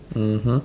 mmhmm